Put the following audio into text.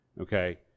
Okay